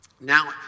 Now